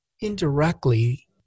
indirectly